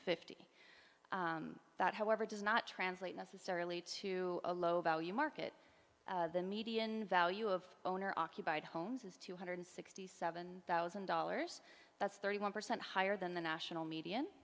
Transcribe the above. fifty that however does not translate necessarily to a low value market the median value of owner occupied homes is two hundred sixty seven thousand dollars that's thirty one percent higher than the national median